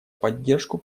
поддержку